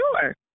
Sure